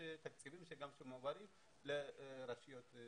גם תקציבים שמועברים לרשויות מקומיות.